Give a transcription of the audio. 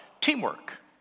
teamwork